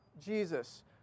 Jesus